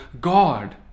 God